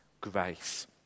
grace